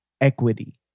equity